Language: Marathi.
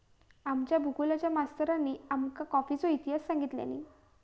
आमच्या भुगोलच्या मास्तरानी आमका कॉफीचो इतिहास सांगितल्यानी